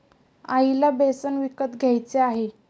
आईला बेसन विकत घ्यायचे आहे